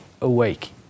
awake